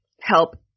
help